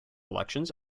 elections